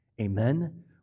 Amen